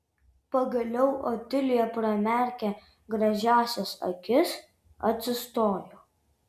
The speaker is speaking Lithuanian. pagaliau otilija pramerkė gražiąsias akis atsistojo